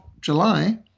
July